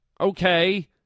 Okay